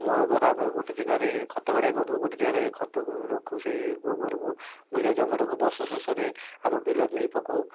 ମଳ ଦ୍ଵାରା ଆମେ ଗୋଟେ ଜାଗରେ ଖତ ଗାଡ଼ିଆ କରୁ ଗୋଟେ ଜାଗରେ ଖତକୁ ରଖୁ ସେଇ ଗୋବରକୁ ଜମାଟକୁ ବର୍ଷ ଶେଷରେ ଆମ ବିଲରେ ନେଇ ପକାଉ